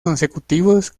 consecutivos